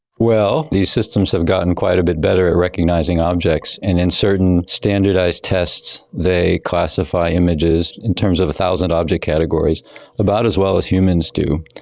well, these systems have gotten quite a bit better at recognising objects, and in certain standardised tests they classify images in terms of one thousand object categories about as well as humans do.